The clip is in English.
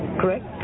correct